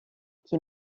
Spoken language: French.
qu’il